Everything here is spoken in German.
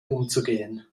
umzugehen